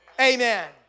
Amen